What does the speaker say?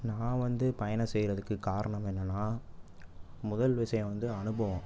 நான் வந்து பயணம் செய்கிறதுக்கு காரணம் என்னன்னா முதல் விஷயம் வந்து அனுபவம்